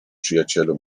przyjacielu